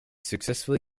successfully